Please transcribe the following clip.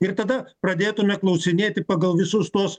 ir tada pradėtume klausinėti pagal visus tuos